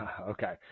Okay